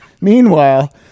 Meanwhile